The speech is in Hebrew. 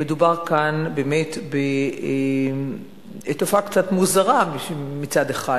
מדובר כאן בתופעה קצת מוזרה מצד אחד,